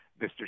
Mr